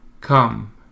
Come